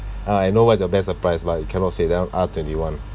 ah I know what is your best surprise but you cannot say that [one] R twenty one